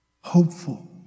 hopeful